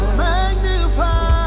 magnify